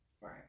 Right